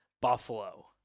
Buffalo